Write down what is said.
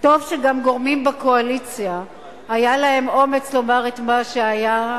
טוב שגם גורמים בקואליציה היה להם אומץ לומר את מה שהיה,